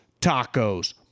tacos